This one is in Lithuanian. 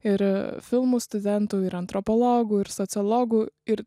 ir filmų studentų ir antropologų ir sociologų ir